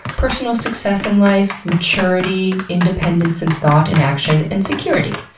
personal success in life, maturity, independence in thought and action, and security.